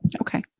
Okay